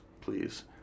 please